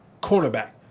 cornerback